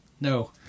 No